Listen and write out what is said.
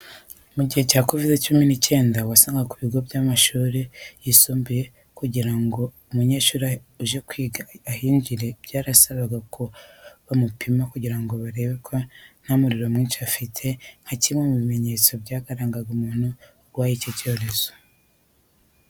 Mu gihe cya Kovide cumi n'icyenda, wasangaga ku bigo by'amashuri yisumbuye kugira ngo umunyeshuri uje kwiga ahinjire, byarasabaga ko bamupima kugira ngo barebe ko nta muriro mwinshi afite nka kimwe mu bimenyetso byarangaga umuntu urwaye iki cyorezo.